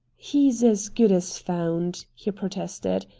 he's as good as found, he protested.